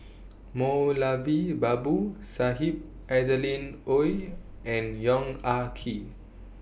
Moulavi Babu Sahib Adeline Ooi and Yong Ah Kee